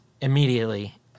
immediately